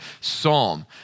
psalm